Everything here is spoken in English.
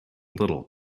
little